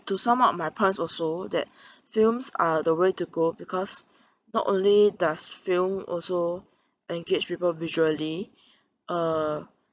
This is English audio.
to sum up my parts also that films are the way to go because not only does film also engage people visually uh